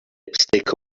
lipstick